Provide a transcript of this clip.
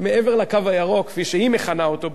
מעבר ל"קו הירוק" כפי שהיא מכנה אותו,